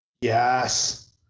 Yes